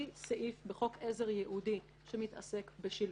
סעיף בחוק עזר ייעודי שמתעסק בשילוט,